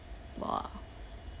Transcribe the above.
!wah!